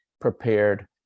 prepared